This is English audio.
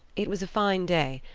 it was a fine day,